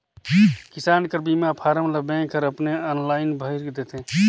किसान कर बीमा फारम ल बेंक हर अपने आनलाईन भइर देथे